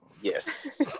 Yes